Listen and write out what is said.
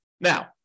Now